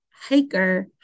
hiker